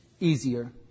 easier